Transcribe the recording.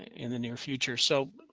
in the near future. so,